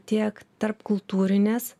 tiek tarpkultūrinės